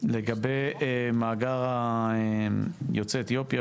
לגבי מאגר יוצאי אתיופיה,